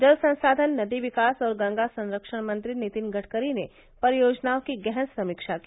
जल संसाधन नदी विकास और गंगा संरक्षण मंत्री नितिन गडकरी ने परियोजनाओं की गहन समीक्षा की